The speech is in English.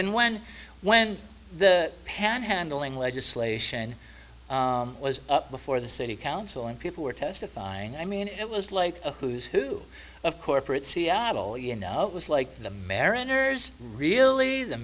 and when when the pan handling legislation was up before the city council and people were testifying i mean it was like a who's who of corporate seattle you know it was like the mariners really the